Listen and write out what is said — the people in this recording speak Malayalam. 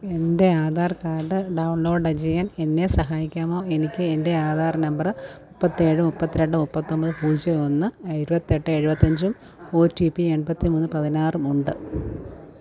എന്റെ ആധാർ ക്കാഡ് ഡൗൺലോഡ് ചെയ്യാൻ എന്നെ സഹായിക്കാമോ എനിക്ക് എന്റെ ആധാർ നമ്പറ് മൂപ്പത്തി ഏഴ് മുപ്പത്തി രണ്ട് മുപ്പത്തി ഒൻപത് പൂജ്യം ഒന്ന് ഇരുപത്തി എട്ട് എഴുപത്തി അഞ്ചും ഓ റ്റീ പ്പി എൺപത്തി മൂന്ന് പതിനാറും ഉണ്ട്